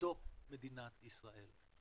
בתוך מדינת ישראל.